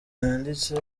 yanditse